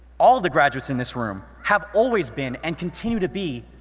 all the graduates in this room have always been, and continue to be,